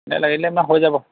নাই লাগি দিলে ন' হৈ যাব